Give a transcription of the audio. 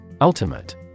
Ultimate